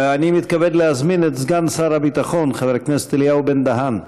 אני מתכבד להזמין את סגן שר הביטחון חבר הכנסת אלי בן-דהן.